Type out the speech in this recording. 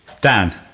Dan